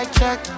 check